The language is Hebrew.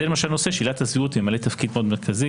זה למשל נושא שעילת הסבירות ממלאת תפקיד מאוד מרכזי,